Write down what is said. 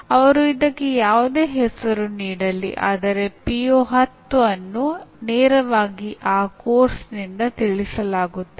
ಅಂಕ ಅಥವಾ ದರ್ಜೆಯನ್ನು ನೀಡುವ ಪ್ರಕ್ರಿಯೆಯನ್ನು ಮೌಲ್ಯಮಾಪನ ಎಂದು ಪರಿಗಣಿಸಲಾಗುತ್ತದೆ